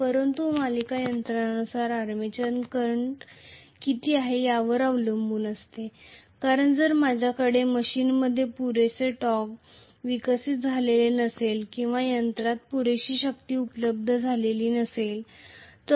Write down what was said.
परंतुसिरींज यंत्रानुसार armature current किती आहे यावर अवलंबून असते कारण जर माझ्याकडे मशीनमध्ये पुरेशी टॉर्क विकसित झालेली नसेल किंवा यंत्रात पुरेशी शक्ती उपलब्ध असेल तर